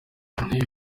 iyi